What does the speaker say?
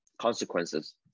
Consequences